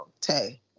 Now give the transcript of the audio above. Tay